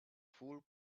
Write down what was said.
full